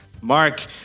Mark